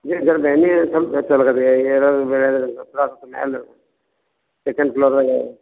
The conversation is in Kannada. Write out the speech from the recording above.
ಈ ಎಣ್ಣೆ ಸ್ವಲ್ಪ ಹಚ್ಕೊಬೇಕಾತ್ ರೀ ಏಳೋದು ಬೀಳೋದು ಸೆಕಂಡ್ ಫ್ಲೋರ್ದಾಗೆ